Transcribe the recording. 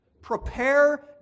Prepare